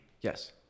Yes